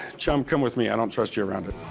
chum, come with me. i don't trust you around it.